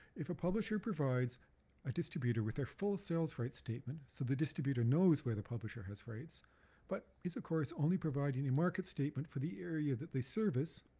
if a publisher provides a distributor with their full sales rights statement, so the distributor knows where the publisher has rights but it's of course only providing a market statement for the area that they service,